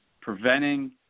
preventing